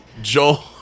Joel